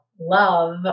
love